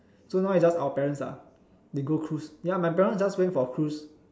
so now it's just our parents ah they go cruise ya my parents just went for cruise